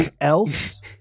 else